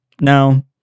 Now